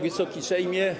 Wysoki Sejmie!